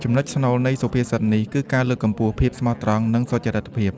ចំណុចស្នូលនៃសុភាសិតនេះ គឺការលើកកម្ពស់ ភាពស្មោះត្រង់ និង សុច្ចរិតភាព។